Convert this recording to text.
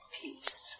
peace